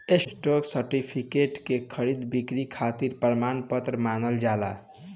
stock certificate के खरीद बिक्री खातिर प्रमाण पत्र मानल जाला